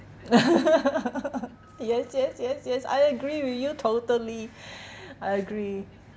yes yes yes yes I agree with you totally I agree